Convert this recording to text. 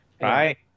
right